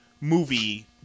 movie